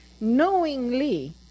Knowingly